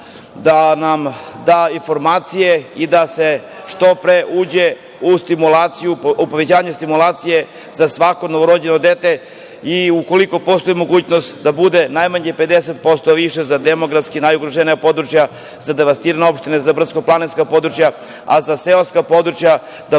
da nam da informacije i da se što pre uđe u povećanje stimulacije za svako novorođeno dete i ako postoji mogućnost da to bude 50% više za demografski najugroženija područja, za devastirane opštine, za brdsko-planinska područja, a za seoska područja da